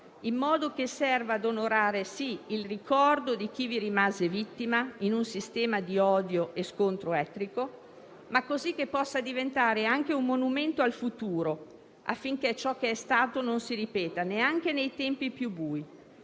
in modo che serva ad onorare, sì, il ricordo di chi vi rimase vittima in un sistema di odio e scontro etnico, ma così che possa diventare anche un monumento al futuro affinché ciò che è stato non si ripeta neanche nei tempi più bui.